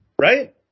right